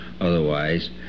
otherwise